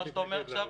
מה שאתה אומר עכשיו